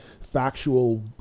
factual